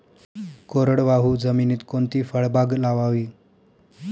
कोरडवाहू जमिनीत कोणती फळबाग लावावी?